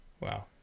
Wow